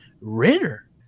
Ritter